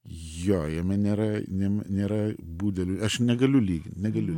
jo jame nėra nėra budelių aš negaliu lygint negaliu